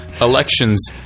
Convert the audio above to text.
elections